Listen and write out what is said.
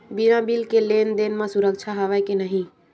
बिना बिल के लेन देन म सुरक्षा हवय के नहीं?